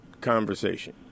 conversation